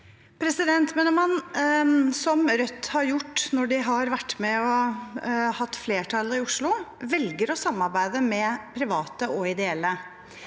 Om man – som Rødt har gjort når de har vært med og hatt flertallet i Oslo – velger å samarbeide med private og ideelle